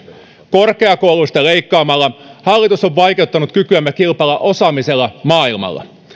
korkeakouluista leikkaamalla hallitus on vaikeuttanut kykyämme kilpailla osaamisella maailmalla